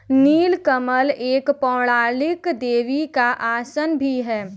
नील कमल एक पौराणिक देवी का आसन भी है